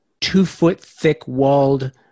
Two-foot-thick-walled